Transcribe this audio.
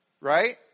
right